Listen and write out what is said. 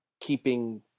keeping